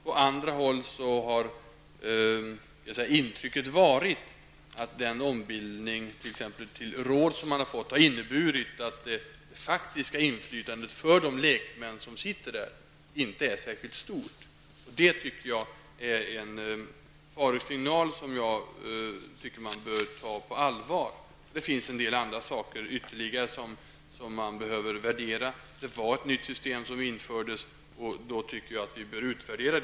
På andra håll har intrycket varit att ombildning till t.ex. råd har inneburit att det faktiska inflytandet för de lekmän som sitter där inte är särskilt stort. Jag tycker att det är en farosignal man bör ta på allvar. Det finns även en del andra saker som behöver värderas. Ett var ett nytt system som infördes, och det bör utvärderas.